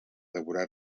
devorar